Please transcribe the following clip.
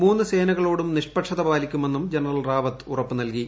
മൂന്ന് സേനകളോടും നിഷ്പക്ഷത പാലിക്കുമെന്നും ജനറൽ റാവത്ത് ഉറപ്പ് നൽകി